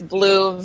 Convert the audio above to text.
Blue